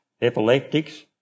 epileptics